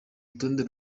rutonde